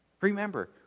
Remember